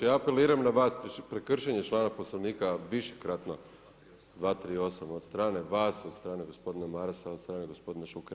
Ja apeliram na vas, prekršen je članak Poslovnika višekratno, 238. od strane vas, od strane gospodina Marasa, od strane gospodina Šukera.